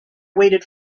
waited